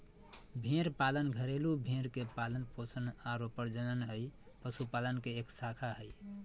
भेड़ पालन घरेलू भेड़ के पालन पोषण आरो प्रजनन हई, पशुपालन के एक शाखा हई